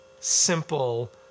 simple